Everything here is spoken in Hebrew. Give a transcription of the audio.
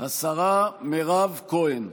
השרה מירב כהן.